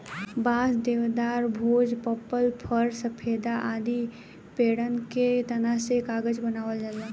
बांस, देवदार, भोज, पपलर, फ़र, सफेदा आदि पेड़न के तना से कागज बनावल जाला